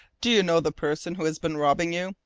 do you know the person who has been robbing you?